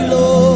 Lord